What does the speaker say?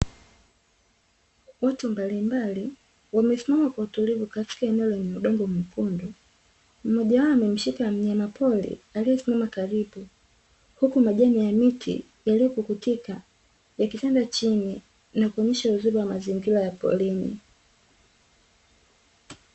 Watu mbalimbali wamesimama kwa utulivu katika eneo la udongo mwekundu, mmoja wao amemshika mnyama pori aliesimama karibu, huku majani ya miti yaliyo pukutika yakitanda chini na kuonyesha uzuri wa mazingira ya porini.